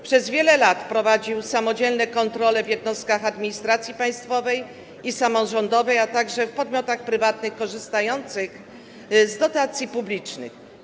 Przez wiele lat prowadził samodzielne kontrole w jednostkach administracji państwowej i samorządowej, a także w podmiotach prywatnych korzystających z dotacji publicznych.